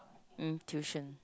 mm tuition